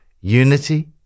unity